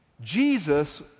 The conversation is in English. Jesus